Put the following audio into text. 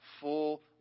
full